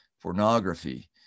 pornography